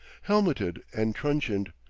helmeted and truncheoned,